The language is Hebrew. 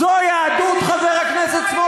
דב, אני שואל אותך, זו יהדות, חבר הכנסת סמוטריץ?